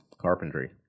carpentry